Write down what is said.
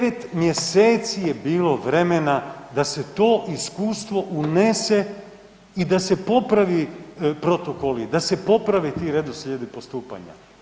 Devet mjeseci je bilo vremena da se to iskustvo unese i da se poprave protokoli, da se poprave ti redoslijedi postupanja.